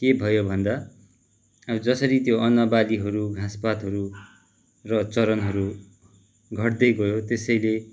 के भयो भन्दा अब जसरी त्यो अन्नबालीहरू घाँस पातहरू र चरनहरू घट्दै गयो त्यसैले